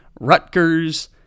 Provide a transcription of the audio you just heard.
Rutgers